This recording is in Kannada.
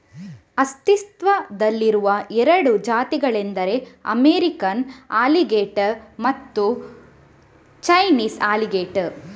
ಅಸ್ತಿತ್ವದಲ್ಲಿರುವ ಎರಡು ಜಾತಿಗಳೆಂದರೆ ಅಮೇರಿಕನ್ ಅಲಿಗೇಟರ್ ಮತ್ತೆ ಚೈನೀಸ್ ಅಲಿಗೇಟರ್